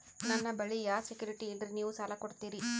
ನನ್ನ ಬಳಿ ಯಾ ಸೆಕ್ಯುರಿಟಿ ಇಲ್ರಿ ನೀವು ಸಾಲ ಕೊಡ್ತೀರಿ?